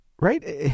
right